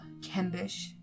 Kembish